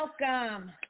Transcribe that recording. welcome